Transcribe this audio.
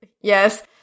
Yes